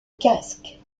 casque